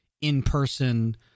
in-person